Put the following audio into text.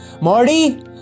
Marty